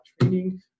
training